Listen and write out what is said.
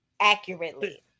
accurately